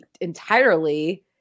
entirely